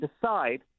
decide